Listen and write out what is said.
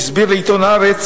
עם חברי לסיעת חד"ש,